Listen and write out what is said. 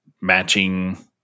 matching